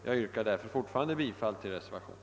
Jag vidhåller mitt yrkande om bifall till reservationen.